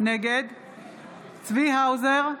נגד צבי האוזר,